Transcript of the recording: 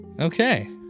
okay